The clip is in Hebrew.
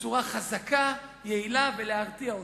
בצורה חזקה, יעילה, ולהרתיע אותם.